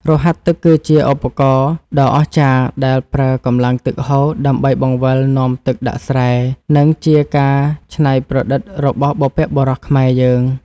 រហាត់ទឹកគឺជាឧបករណ៍ដ៏អស្ចារ្យដែលប្រើកម្លាំងទឹកហូរដើម្បីបង្វិលនាំទឹកដាក់ស្រែ និងជាការច្នៃប្រឌិតរបស់បុព្វបុរសខ្មែរយើង។